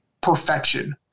perfection